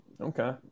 Okay